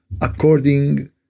according